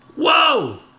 Whoa